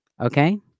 Okay